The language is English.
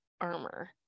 armor